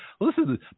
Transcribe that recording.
Listen